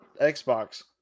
Xbox